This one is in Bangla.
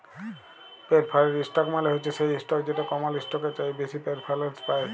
পেরফারেড ইসটক মালে হছে সেই ইসটক যেট কমল ইসটকের চাঁঁয়ে বেশি পেরফারেলস পায়